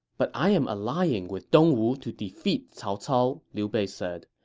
but i am allying with dong wu to defeat cao cao, liu bei said.